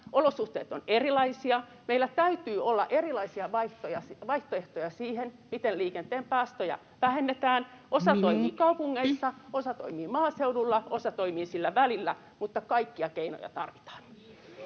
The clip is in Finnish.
olosuhteet ovat erilaisia, meillä täytyy olla erilaisia vaihtoehtoja siihen, miten liikenteen päästöjä vähennetään. [Puhemies: Minuutti!] Osa toimii kaupungeissa, osa toimii maaseudulla, osa toimii sillä välillä, mutta kaikkia keinoja tarvitaan.